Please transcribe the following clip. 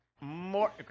More